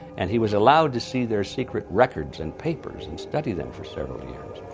and he was allowed to see their secret records and papers and study them for several years.